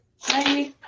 Hi